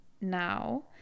now